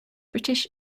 british